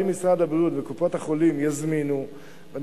אם משרד הבריאות וקופות-החולים יזמינו אני